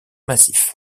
massif